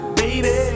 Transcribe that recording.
baby